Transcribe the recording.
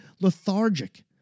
lethargic